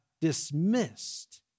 dismissed